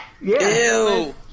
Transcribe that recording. Ew